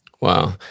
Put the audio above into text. Wow